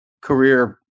career